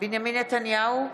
בנימין נתניהו,